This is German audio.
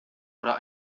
oder